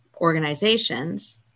organizations